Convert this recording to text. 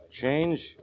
Change